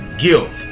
guilt